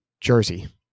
Jersey